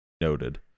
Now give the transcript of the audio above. Noted